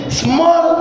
small